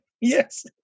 Yes